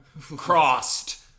Crossed